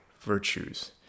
virtues